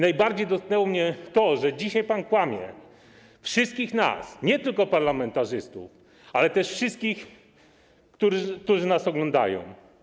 Najbardziej dotknęło mnie to, że dzisiaj pan okłamał nas wszystkich, nie tylko parlamentarzystów, ale też wszystkich, którzy nas oglądają.